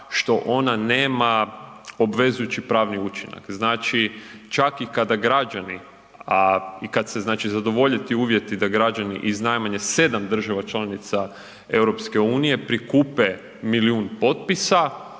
što ona nema obvezujući pravni učinak. Znači čak i kada građani a i kad se znači zadovolje ti uvjeti da građani iz najmanje 7 država članica EU prikupe milijun potpisa